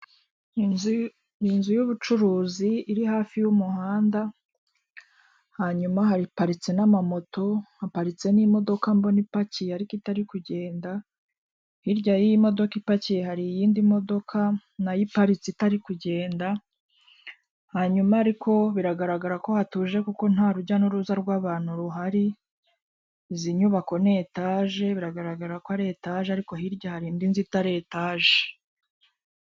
Inzu y'ubucuruzi iri hafi y'umuhanda, hanyuma haparitse n'amamoto, haparitse n'imodoka mbona ipakiye ariko itari kugenda, hirya y'i modoka ipakiye hari iyindi modoka nayo iparitse itari kugenda, hanyuma ariko biragaragara ko hatuje kuko nta rujya n'uruza rw'abantu ruhar,i izi nyubako ni etaje biragaragara ko ari etaje ariko hirya hari indi nzu itari etaje.